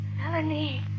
Melanie